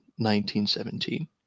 1917